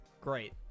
great